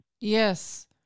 Yes